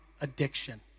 addiction